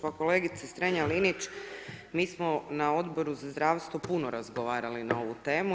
Pa kolegice Strenja-Linić mi smo na Odboru za zdravstvo puno razgovarali na ovu temu.